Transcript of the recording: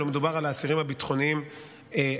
אלא מדובר על האסירים הביטחוניים הרגילים.